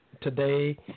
today